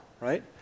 right